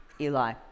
Eli